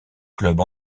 clubs